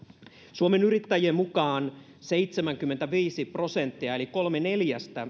suomen yrittäjien mukaan seitsemänkymmentäviisi prosenttia eli kolme neljästä